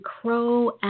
Crow